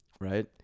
Right